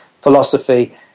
philosophy